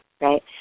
right